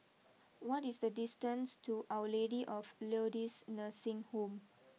what is the distance to Our Lady of Lourdes Nursing Home